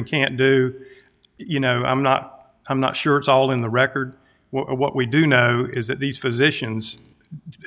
and can't do you know i'm not i'm not sure it's all in the record what we do know is that these physicians